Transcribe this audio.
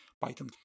Python